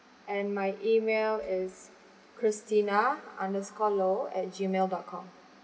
and my email is christina underscore Loh at gmail dot com